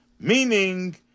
Meaning